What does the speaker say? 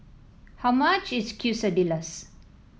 how much is Quesadillas